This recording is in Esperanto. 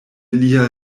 lia